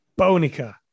Bonica